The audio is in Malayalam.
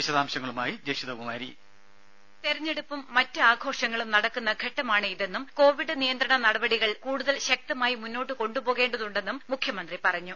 വിശദാംശങ്ങളുമായി ജഷിത കുമാരി വോയ്സ് തെരഞ്ഞെടുപ്പും മറ്റ് ആഘോഷങ്ങളും നടക്കുന്ന ഘട്ടമാണിതെന്നും കോവിഡ് നിയന്ത്രണ നടപടികൾ കൂടുതൽ ശക്തമായി മുന്നോട്ടു കൊണ്ടു പോകേണ്ടതുണ്ടെന്നും മുഖ്യമന്ത്രി പറഞ്ഞു